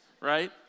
Right